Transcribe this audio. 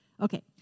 Okay